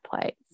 place